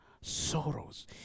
sorrows